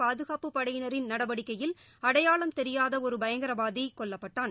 பாதுகாப்பு படையினரின் நடவடிக்கையில் அடையாளம் தெரியாத ஒரு பயங்கரவாதி கொல்லப்பட்டான்